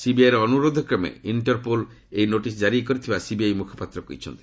ସିବିଆଇର ଅନୁରୋଧ କ୍ରମେ ଇଣ୍ଟରପୋଲ ଏହି ନୋଟିସ୍ ଜାରି କରିଥିବା ସିବିଆଇ ମୁଖପାତ୍ର କହିଛନ୍ତି